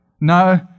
No